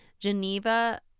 Geneva